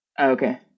Okay